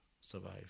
survive